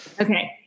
Okay